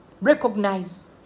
Recognize